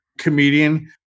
comedian